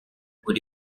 would